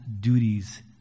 duties